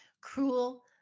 Cruel